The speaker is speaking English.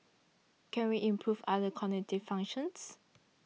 can we improve other cognitive functions